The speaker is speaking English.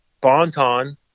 bonton